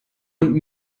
und